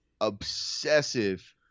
obsessive